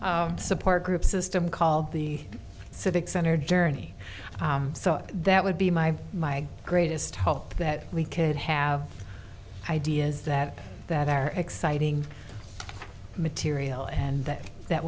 whole support group system called the civic center journey so that would be my my greatest hope that we could have ideas that that are exciting serial and that that